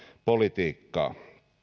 politiikkaa